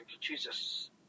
Jesus